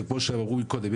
כמו שאמרו מקודם,